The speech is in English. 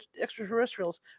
extraterrestrials